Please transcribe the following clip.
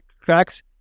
cracks